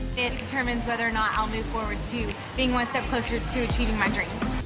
it determines whether or not i'll move forward to being one step closer to achieving my dreams.